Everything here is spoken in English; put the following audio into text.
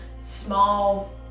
small